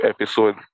episode